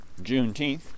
Juneteenth